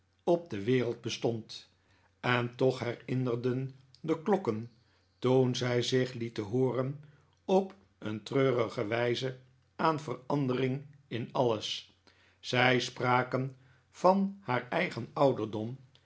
op de wereld bestond en toch herinnerden de klokken toen zij zich lieten hooren op een treurige wijze aan verandering in alles zij spraken van haar eigen ouderdom